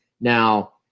Now